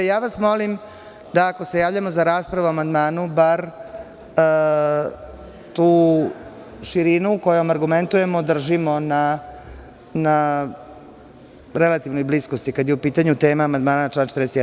Ja vas molim da, ako se javljamo za raspravu po amandmanu, bar tu širinu kojom argumentujemo držimo na relativnoj bliskosti, kada je u pitanju tema amandmana na član 41.